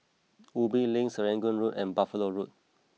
Ubi Link Serangoon Road and Buffalo Road